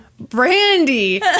Brandy